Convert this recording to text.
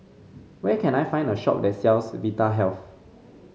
where can I find a shop that sells Vita health